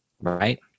right